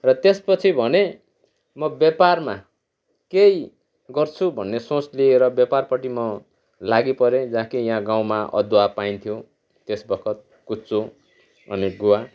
र त्यसपछि भने म व्यापारमा केही गर्छु भन्ने सोच लिएर व्यापारपट्टि म लागिपरेँ जहाँ कि यहाँ गाउँमा अदुवा पाइन्थ्यो त्यसबखत कुच्चो अनि गुवा